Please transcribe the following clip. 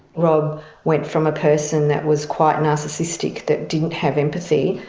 rob went from a person that was quite narcissistic that didn't have empathy,